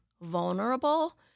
vulnerable –